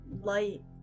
light